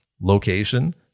location